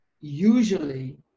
usually